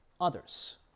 others